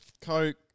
Coke